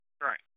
Right